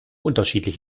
unterschiedlich